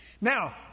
Now